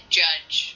judge